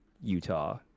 Utah